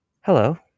hello